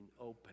open